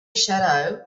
shadow